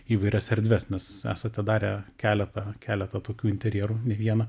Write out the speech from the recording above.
įvairias erdves nes esate darę keletą keletą tokių interjerų ne vieną